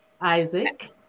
Isaac